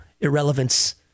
irrelevance